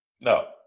No